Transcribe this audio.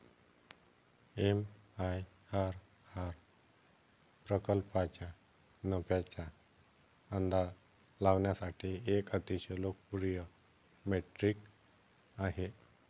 MIRR प्रकल्पाच्या नफ्याचा अंदाज लावण्यासाठी एक अतिशय लोकप्रिय मेट्रिक आहे